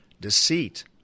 deceit